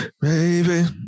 baby